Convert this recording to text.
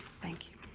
thank you.